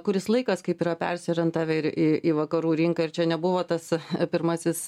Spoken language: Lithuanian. kuris laikas kaip yra persiorientavę ir į į vakarų rinką ir čia nebuvo tas pirmasis